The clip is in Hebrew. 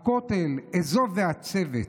"הכותל, אזוב ועצבת,